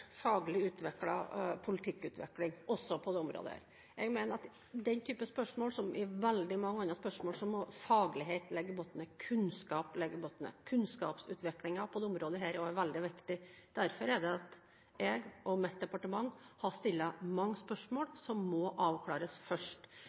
politikkutvikling, også på dette området. Jeg mener at i denne type spørsmål – som i mange andre spørsmål – må faglighet og kunnskap ligge i bunnen. Kunnskapsutviklingen på dette området er veldig viktig. Derfor har jeg og mitt departement stilt mange spørsmål